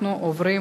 אנחנו עוברים